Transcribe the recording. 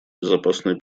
безопасную